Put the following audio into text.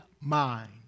mind